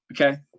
Okay